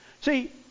See